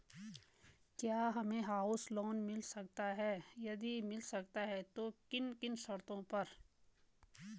क्या हमें house loan मिल सकता है यदि मिल सकता है तो किन किन शर्तों पर?